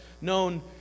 known